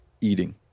eating